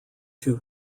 two